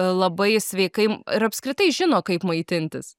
labai sveikai ir apskritai žino kaip maitintis